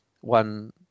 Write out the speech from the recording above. one